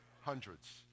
hundreds